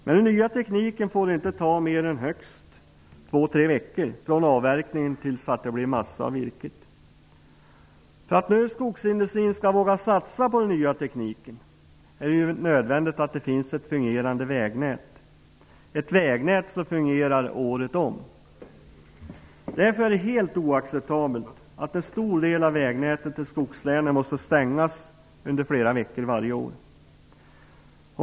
Med den nya tekniken får det inte ta mer än högst två tre veckor från avverkningen till dess att det blir massa av virket. För att skogsindustrin skall våga satsa på den nya tekniken är det nödvändigt att det finns ett fungerande vägnät -- året om. Därför är det helt oacceptabelt att en stor del av vägnätet i skogslänen måste stängas under flera veckor varje år.